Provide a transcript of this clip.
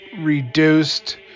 reduced